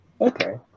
Okay